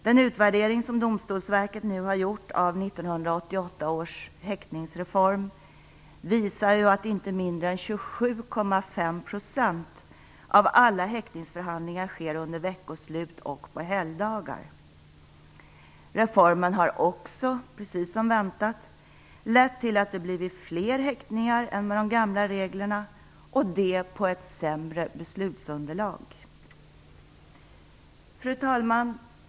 Den utvärdering som Domstolsverket nu har gjort av 1988 års häktningsreform visar att inte mindre än 27,5 % av alla häktningsförhandlingar sker under veckoslut och på helgdagar. Reformen har också, precis som väntat, lett till att det blivit fler häktningar än med de gamla reglerna, och det på ett sämre beslutsunderlag. Fru talman!